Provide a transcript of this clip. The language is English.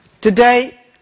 today